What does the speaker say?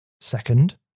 Second